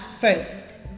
first